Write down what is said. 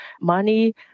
money